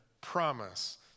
promise